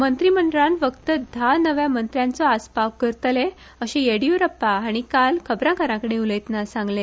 मंत्रीमंडळान फक्त धा नव्य मंत्र्यांचो आस्पाव करतले अशे येडियुरप्पा हाणी काल पत्रकारांकडेन उलयतना सांगले